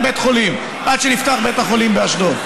בית חולים עד שנפתח בית החולים באשדוד.